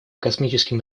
космическим